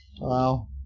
Wow